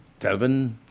Tevin